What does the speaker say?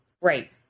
Right